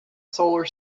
solar